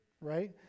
right